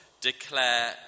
declare